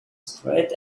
spread